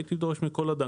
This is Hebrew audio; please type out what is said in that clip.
הייתי דורש מכל אדם,